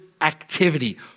activity